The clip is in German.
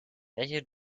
welche